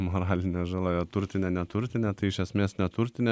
moralinė žala jo turtinė neturtinė tai iš esmės neturtinė